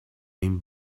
این